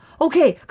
Okay